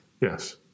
Yes